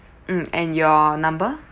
mm and your number